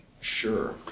Sure